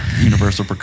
Universal